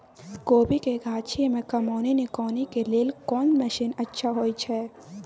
कोबी के गाछी में कमोनी निकौनी के लेल कोन मसीन अच्छा होय छै?